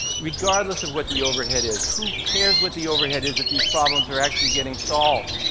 regardless of what the overhead is. who cares what the overhead is if these problems are actually getting solved?